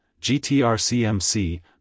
GTRCMC